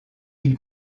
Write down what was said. île